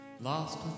Lost